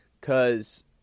Cause